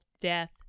death